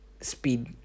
speed